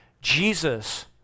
Jesus